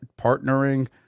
partnering